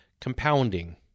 compounding